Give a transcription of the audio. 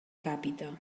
càpita